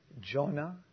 Jonah